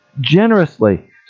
generously